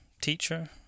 teacher